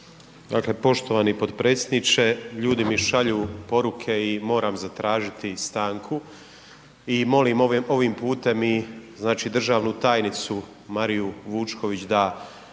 Dakle, poštovani potpredsjedniče, ljudi mi šalju poruke i moram zatražiti stanku i molim ovim putem i znači, državnu tajnicu Mariju Vučković da